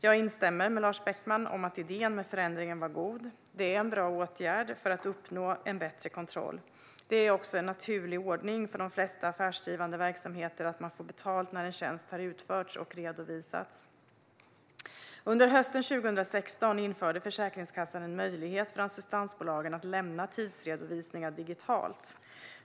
Jag instämmer med Lars Beckman i att idén med förändringen var god. Det är en bra åtgärd för att uppnå en bättre kontroll. Det är också en naturlig ordning för de flesta affärsdrivande verksamheter att man får betalt när en tjänst har utförts och redovisats. Under hösten 2016 införde Försäkringskassan en möjlighet för assistansbolagen att lämna tidsredovisningar digitalt.